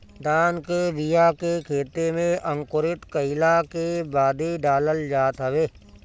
धान के बिया के खेते में अंकुरित कईला के बादे डालल जात हवे